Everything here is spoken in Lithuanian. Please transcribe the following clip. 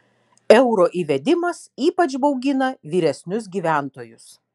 euro įvedimas ypač baugina vyresnius gyventojus